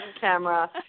camera